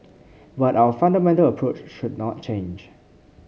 but our fundamental approach should not change